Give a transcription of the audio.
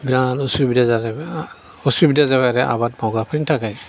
बिराद उसुबिदा जाजाबाय उसुबिदा जाबाय आरो आबाद मावग्राफोरनि थाखाय